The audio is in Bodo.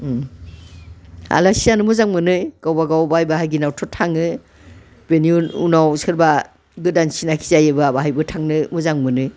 आलासि जानो मोजां मोनो गावबा गाव बाय बाहागिनावथ' थाङो बेनि उनाव सोरबा गोदान सिनाखि जायोब्ला बाहायबो थांनो मोजां मोनो